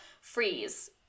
freeze